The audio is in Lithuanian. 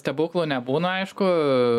stebuklų nebūna aišku